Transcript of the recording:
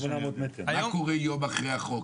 מה קורה יום אחרי החוק?